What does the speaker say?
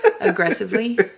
aggressively